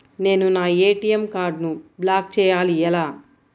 నేను నా ఏ.టీ.ఎం కార్డ్ను బ్లాక్ చేయాలి ఎలా?